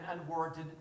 unwarranted